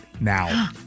now